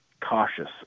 cautious